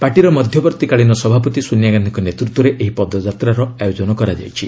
ପାର୍ଟିର ମଧ୍ୟବର୍ତ୍ତୀକାଳୀନ ସଭାପତି ସୋନିଆ ଗାନ୍ଧିଙ୍କ ନେତୃତ୍ୱରେ ଏହି ପଦଯାତ୍ରାର ଆୟୋଜନ କରାଯାଇଛି